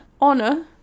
Honor